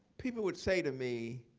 people would say to me,